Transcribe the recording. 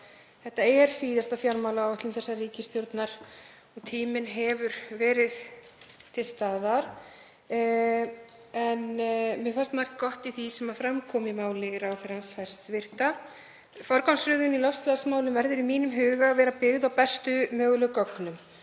Þetta er síðasta fjármálaáætlun þessarar ríkisstjórnar og tíminn hefur verið til staðar. En mér fannst margt gott í því sem fram kom í máli hæstv. ráðherra. Forgangsröðun í loftslagsmálum verður í mínum huga að vera byggð á bestu mögulegu gögnum